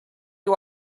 you